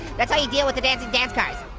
that's how you deal with the dancing dance cars.